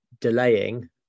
delaying